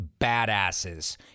badasses